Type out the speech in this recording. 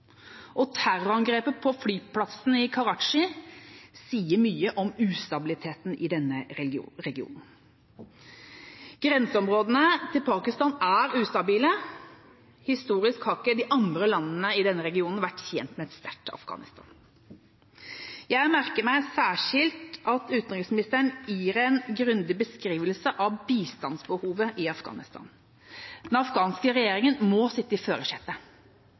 regionen. Terrorangrepet på flyplassen i Karachi sier mye om ustabiliteten i denne regionen. Grenseområdene til Pakistan er ustabile. Historisk har ikke de andre landene i denne regionen vært tjent med et sterkt Afghanistan. Jeg merker meg særskilt at utenriksministeren gir en grundig beskrivelse av bistandsbehovet i Afghanistan. Den afghanske regjeringa må sitte i førersetet,